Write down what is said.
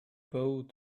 boat